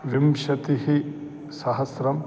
विंशतिः सहस्रं